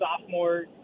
sophomore